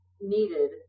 needed